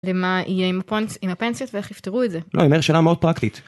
למה יהיה עם הפנסיות ואיך יפתרו את זה? לא, היא אומרת שאלה מאוד פרקטית.